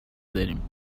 داریم